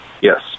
Yes